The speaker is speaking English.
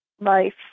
life